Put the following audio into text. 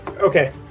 Okay